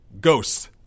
Ghosts